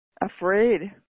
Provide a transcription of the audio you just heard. afraid